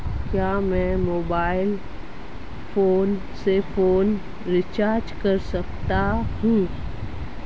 क्या मैं mobile phone से फोन रिचार्ज कर सकता हूं?